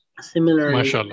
similarly